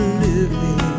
living